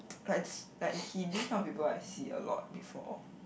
like like he this kind of people I see a lot before